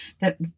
that